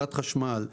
חברת החשמל,